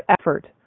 effort